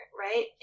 right